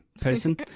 person